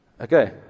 Okay